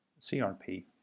CRP